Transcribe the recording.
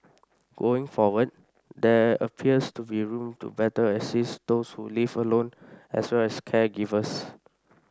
going forward there appears to be room to better assist those who live alone as well as caregivers